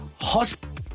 Hospital